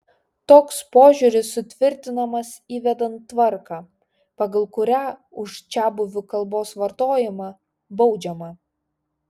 toks požiūris sutvirtinamas įvedant tvarką pagal kurią už čiabuvių kalbos vartojimą baudžiama